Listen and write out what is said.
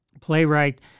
playwright